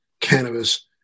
cannabis